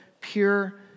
pure